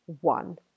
one